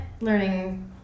Learning